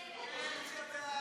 נגד.